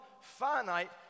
finite